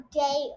day